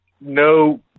no